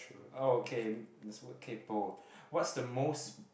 oh okay there's word kaypo what's the most